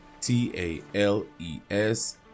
T-A-L-E-S